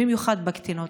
במיוחד בקטינות?